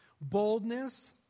Boldness